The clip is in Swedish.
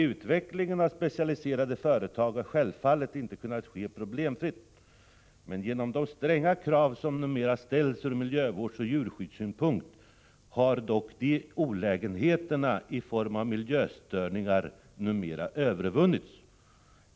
Utvecklingen av specialiserade större företag har självfallet inte kunnat ske helt problemfritt. Genom de stränga krav som numera ställs ur miljövårdsoch djurskyddssynpunkt har dock de olägenheter i form av miljöstörningar som inledningsvis gett sig till känna numera övervunnits.